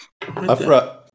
Afra